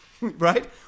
right